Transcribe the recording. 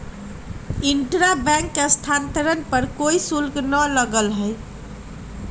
intra bank स्थानांतरण पर कोई शुल्क ना लगा हई